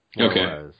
okay